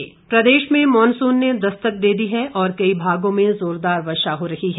मौसम प्रदेश में मॉनसून ने दस्तक दे दी है और कई भागों में जोरदार वर्षा हो रही है